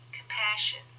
Compassion